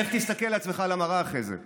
איך תסתכל על עצמך במראה אחרי זה?